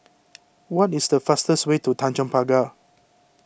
what is the fastest way to Tanjong Pagar